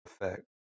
effect